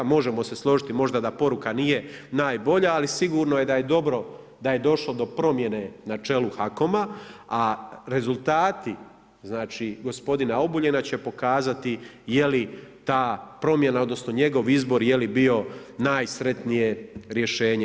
Možemo se složiti možda da poruka nije najbolja, ali sigurno je da je dobro da je došlo do promjene na čelu HAKOM-a, a rezultati znači, gospodina Obuljena će pokazati je li ta promjena, odnosno njegov izbor je li bio najsretnije rješenje.